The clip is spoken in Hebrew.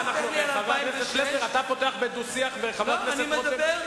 חברת הכנסת אדטו מבקשת את עזרתי להמשיך את דבריה,